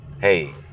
hey